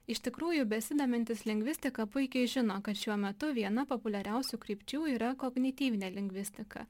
iš tikrųjų besidomintys lingvistika puikiai žino kad šiuo metu viena populiariausių krypčių yra kognityvinė lingvistika